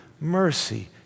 mercy